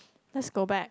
let's go back